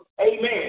Amen